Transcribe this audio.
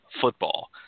football